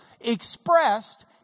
Expressed